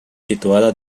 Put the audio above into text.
situada